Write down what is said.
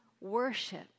worship